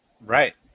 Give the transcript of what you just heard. Right